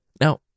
Now